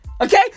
Okay